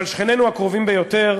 אבל שכנינו הקרובים ביותר,